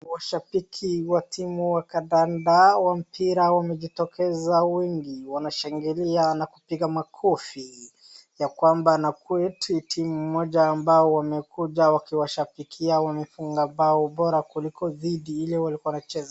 Washabiki wa timu wa kandanda wa mpira wamejitokeza wengi. Wanashangilia na kupiga makofi. Yakwamba na kuwa eti timu moja ambao wamekuja wakiwashabikia wamefunga bao bora kuliko dhidi ile walikuwa wanacheza.